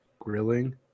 grilling